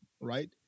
right